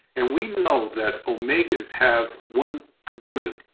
and we know that omegas have one component,